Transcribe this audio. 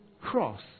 cross